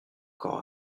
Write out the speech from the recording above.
corps